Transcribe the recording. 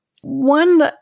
one